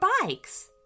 bikes